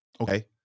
okay